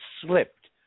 slipped